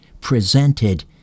presented